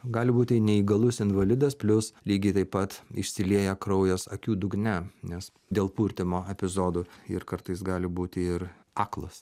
gali būti neįgalus invalidas plius lygiai taip pat išsilieja kraujas akių dugne nes dėl purtymo epizodų ir kartais gali būti ir aklas